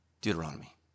Deuteronomy